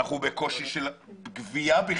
אנחנו בקושי של גבייה.